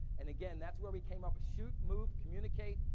and again, that's where we came up with shoot, move, communicate,